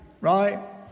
right